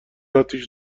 اتیش